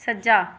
ਸੱਜਾ